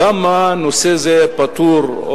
למה נושא זה פטור,